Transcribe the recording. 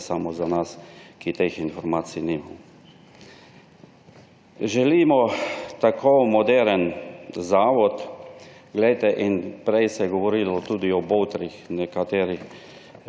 ne samo za nas, ki teh informacij nimamo. Želimo tako moderen zavod. Prej se je govorilo o tudi o nekaterih